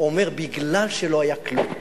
הוא אמר: בגלל שלא היה כלום,